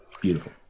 Beautiful